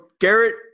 Garrett